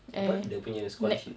apa dia punya scholarship